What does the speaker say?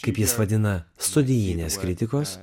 kaip jis vadina studijinės kritikos